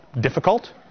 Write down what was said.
difficult